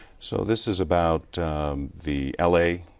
so this is about the l a.